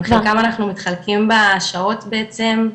עם חלקם אנחנו מתחלקים בשעות בעצם.